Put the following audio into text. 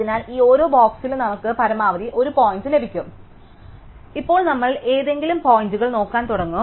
അതിനാൽ ഈ ഓരോ ബോക്സിലും നമുക്ക് പരമാവധി ഒരു പോയിന്റ് ലഭിക്കും ഇപ്പോൾ നമ്മൾ ഏതെങ്കിലും പോയിന്റുകൾ നോക്കാൻ തുടങ്ങും